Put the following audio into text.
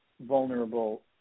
vulnerable